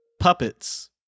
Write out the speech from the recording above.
puppets